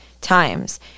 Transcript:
times